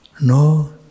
No